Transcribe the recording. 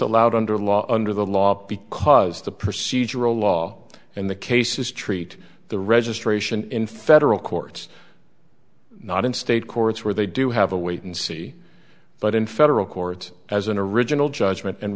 disallowed under law under the law because the procedural law and the cases treat the registration in federal courts not in state courts where they do have a wait and see but in federal court as an original judgment and